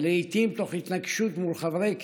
ולעיתים תוך התנגשות מול חברי כנסת,